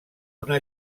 una